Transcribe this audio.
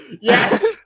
Yes